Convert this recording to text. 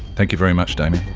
thank you very much damien.